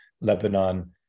Lebanon